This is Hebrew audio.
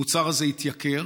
המוצר הזה יתייקר,